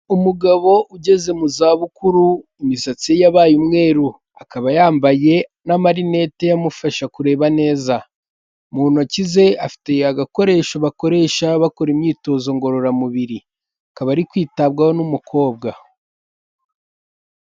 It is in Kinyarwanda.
Umugabo ugeze mu za bukuru imisatsi ye yabaye umweru akaba yambaye n' marinete amufasha kureba neza. Mu ntoki ze afite agakoresho bakoresha bakora imyitozo ngororamubiri, akaba ari kwitabwaho n'umukobwa.